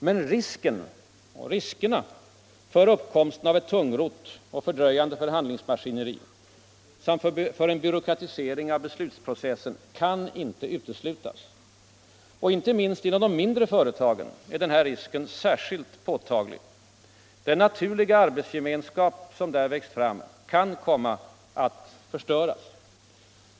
Men riskerna för uppkomsten av ett tungrott och fördröjande förhandlingsmaskineri samt för en byråkratisering av beslutsprocessen kan inte uteslutas, och inte minst inom de mindre företagen är den risken påtaglig. Den naturliga arbetsgemenskap som där växt fram kan komma att förstöras.